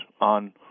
on